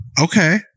Okay